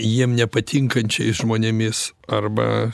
jiem nepatinkančiais žmonėmis arba